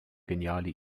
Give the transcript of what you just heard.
geniale